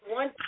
one